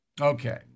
Okay